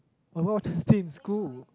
why would you stay in school